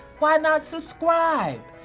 why not subscribe?